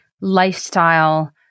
lifestyle